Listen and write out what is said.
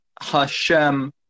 Hashem